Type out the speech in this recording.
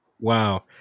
wow